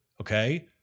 Okay